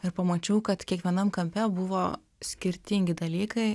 ir pamačiau kad kiekvienam kampe buvo skirtingi dalykai